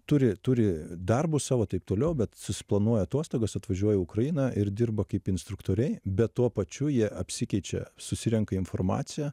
turi turi darbus savo taip toliau bet susiplanuoja atostogas atvažiuoja į ukrainą ir dirba kaip instruktoriai bet tuo pačiu jie apsikeičia susirenka informaciją